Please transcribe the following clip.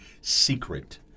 secret